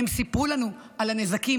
והם סיפרו לנו על הנזקים,